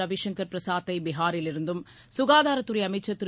ரவிசங்கர் பிரசாத்தை பீகாரிலிருந்தும் சுகாதாரத்துறை அமைச்சர் திரு